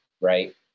right